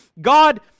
God